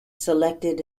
selected